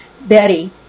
Betty